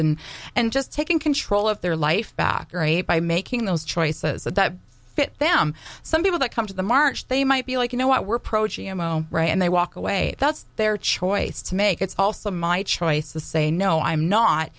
and and just taking control of their life back or a by making those choices that fit them some people that come to the march they might be like you know what we're protium oh right and they walk away that's their choice to make it's also my choice to say no i'm not